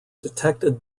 detected